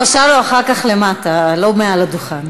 אני מרשה לו אחר כך למטה, לא מעל הדוכן.